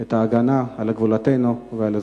את ההגנה על גבולותינו ועל אזרחינו.